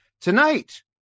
Tonight